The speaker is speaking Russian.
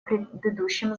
предыдущем